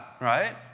right